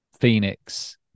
Phoenix